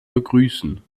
begrüßen